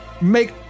make